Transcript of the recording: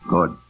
Good